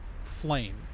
flame